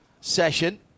session